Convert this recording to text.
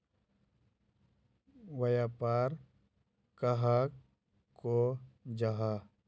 व्यापार कहाक को जाहा?